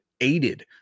aided